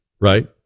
right